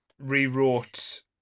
rewrote